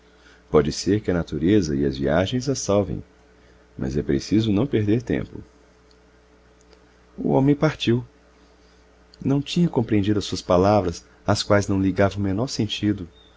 pode ser que a natureza e as viagens a salvem mas é preciso não perder tempo o homem partiu não tinha compreendido as suas palavras às quais não ligava o menor sentido